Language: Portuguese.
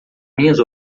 minhas